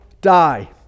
die